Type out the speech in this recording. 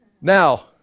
Now